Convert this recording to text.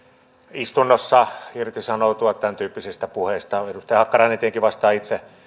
istunnossa irtisanoutua tämäntyyppisistä puheista edustaja hakkarainen tietenkin vastaa itse